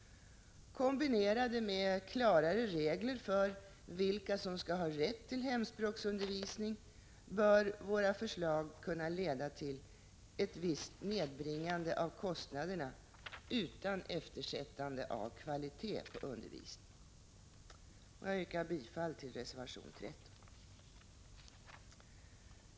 Kombinerade med klarare regler för vilka som skall ha rätt till hemspråksundervisning bör våra förslag kunna leda till ett visst nedbringande av kostnaderna utan eftersättande av kvaliteten på undervisningen. Jag yrkar bifall till reservation 13.